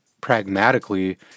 pragmatically